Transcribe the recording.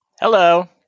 Hello